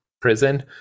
prison